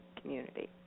community